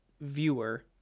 viewer